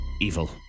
Evil